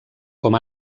com